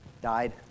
Died